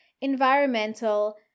environmental